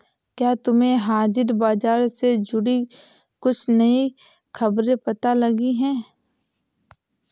क्या तुम्हें हाजिर बाजार से जुड़ी कुछ नई खबरें पता लगी हैं?